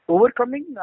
Overcoming